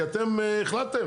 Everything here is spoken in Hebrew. כי אתם החלטתם?